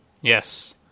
Yes